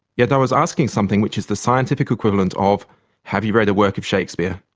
yet i was asking something which is the scientific equivalent of have you read a work of shakespeare's?